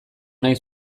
nahi